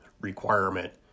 requirement